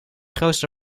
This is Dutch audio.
grootste